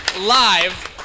live